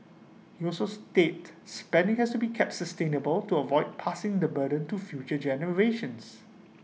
he also state spending has to be kept sustainable to avoid passing the burden to future generations